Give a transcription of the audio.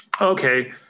okay